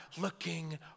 looking